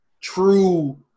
true